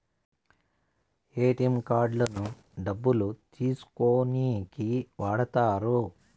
ATM కార్డులను డబ్బులు తీసుకోనీకి వాడుతారు